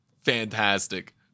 Fantastic